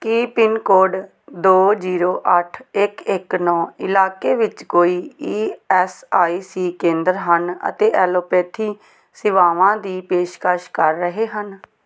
ਕੀ pin code ਦੋ zero ਅੱਠ ਇੱਕ ਇੱਕ ਨੌਂ ਇਲਾਕੇ ਵਿੱਚ ਕੋਈ ਈ ਐੱਸ ਆਈ ਸੀ ਕੇਂਦਰ ਹਨ ਅਤੇ ਐਲੋਪੈਥੀ ਸੇਵਾਵਾਂ ਦੀ ਪੇਸ਼ਕਸ਼ ਕਰ ਰਹੇ ਹਨ